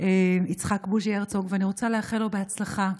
יצחק בוז'י הרצוג, ואני רוצה לאחל לו בהצלחה,